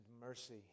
mercy